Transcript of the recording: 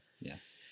Yes